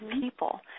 people